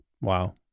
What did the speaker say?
Wow